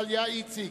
דליה איציק,